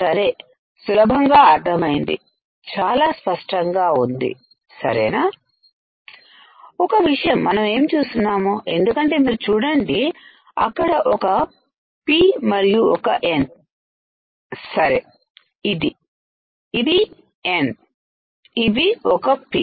సరే సులభంగా అర్థమైంది చాలా స్పష్టంగా ఉంది సరేనా ఒక విషయం మనం ఏమి చూస్తున్నాము ఎందుకంటే మీరు చూడండి అక్కడ ఒక పిP మరియు ఒక N సరే ఇది ఇది N ఇవి ఒక పి